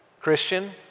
Christian